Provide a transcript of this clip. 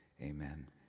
Amen